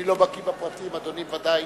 לא בקי בפרטים, אדוני ודאי